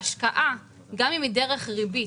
ההשקעה, גם אם היא דרך ריבית,